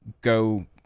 go